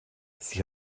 sie